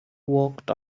walked